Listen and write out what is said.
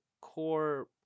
core